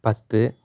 பத்து